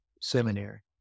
seminary